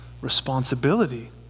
responsibility